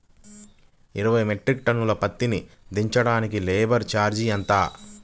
ఇరవై metric ton పత్తి దించటానికి లేబర్ ఛార్జీ ఎంత?